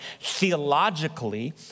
theologically